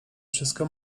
wszystko